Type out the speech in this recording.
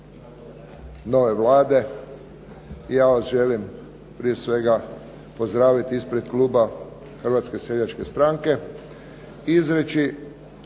nove Vlade. Ja vas želim prije svega pozdraviti ispred kluba Hrvatske seljačke stranke